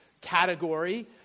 category